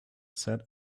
said